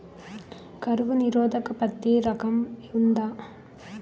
కరువు నిరోధక పత్తి రకం ఉందా?